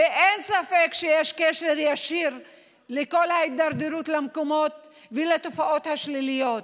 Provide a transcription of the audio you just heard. אין ספק שיש קשר ישיר לכל ההידרדרות למקומות ולתופעות השליליות.